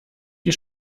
die